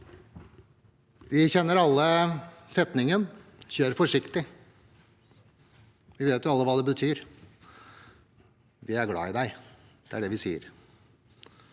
Vi kjenner alle setningen «Kjør forsiktig!». Vi vet alle hva det betyr: Vi er glad i deg – det er det vi sier.